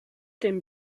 den